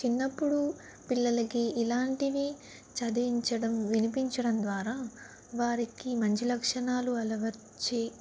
చిన్నప్పుడు పిల్లలకి ఇలాంటివి చదివించడం వినిపించడం ద్వారా వారికి మంచి లక్షణాలు అలవర్చి